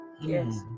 Yes